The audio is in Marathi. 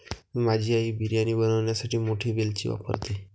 माझी आई बिर्याणी बनवण्यासाठी मोठी वेलची वापरते